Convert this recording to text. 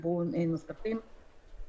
ואנשים נוספים,